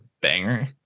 banger